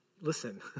Listen